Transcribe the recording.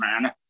man